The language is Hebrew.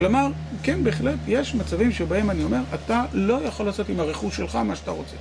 כלומר, כן, בהחלט, יש מצבים שבהם אני אומר, אתה לא יכול לעשות עם הרכוש שלך מה שאתה רוצה.